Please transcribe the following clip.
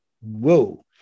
Whoa